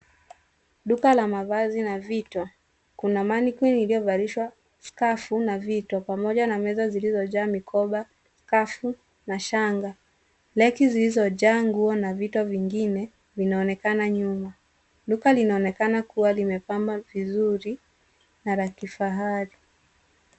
Duka la mavazi na vito. Kuna mannequin iliyovalishwa skafu na vito pamoja na meza zilizojaa mikoba, skafu na shanga. Laki zilizojaa nguo na vito vingine vinaonekana nyuma. Duka linaonekana kuwa limepambwa vizuri na la kifahari.